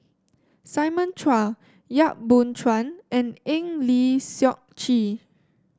Simon Chua Yap Boon Chuan and Eng Lee Seok Chee